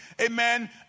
amen